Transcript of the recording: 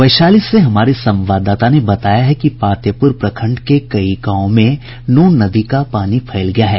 वैशाली से हमारे संवाददाता ने बताया है कि पातेपुर प्रखंड के कई गांवों में नून नदी का पानी फैल गया है